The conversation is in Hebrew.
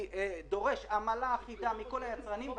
אני דורש עמלה אחידה מכל היצרנים,